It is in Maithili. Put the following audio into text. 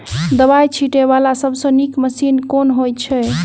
दवाई छीटै वला सबसँ नीक मशीन केँ होइ छै?